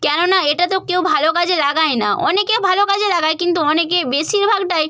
কেননা এটা তো কেউ ভালো কাজে লাগায় না অনেকে ভালো কাজে লাগায় কিন্তু অনেকে বেশিরভাগটাই